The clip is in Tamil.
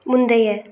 முந்தைய